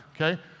okay